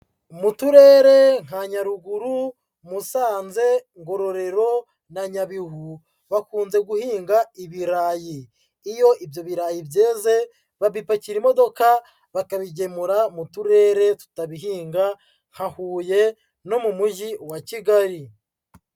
Mu turere nka Nyaruguru, Musanze, Ngororero na Nyabihu bakunze guhinga ibirayi. Iyo ibyo birayi byeze babipakira imodoka bakabigemura mu turere tutabihinga nka Huye no mu Mujyi wa kigali.